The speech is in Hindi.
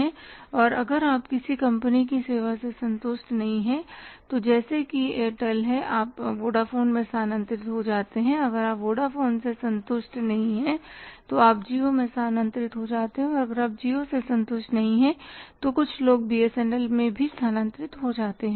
और अगर आप किसी कंपनी की सेवा से संतुष्ट नहीं हैं तो जैसे कि एयरटेल तो आप वोडाफोन में स्थानांतरित हो जाते हैं अगर आप वोडाफोन से संतुष्ट नहीं हैं तो आप जिओ में स्थानांतरित हो जाते हैं अगर आप जिओ से संतुष्ट नहीं हैं तो कुछ लोग बी एस एन एल में स्थानांतरित हो जाते हैं